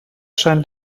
scheint